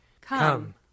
Come